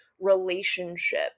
relationship